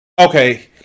Okay